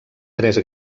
tres